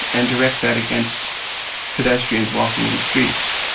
and direct that against pedestrians walking in streets.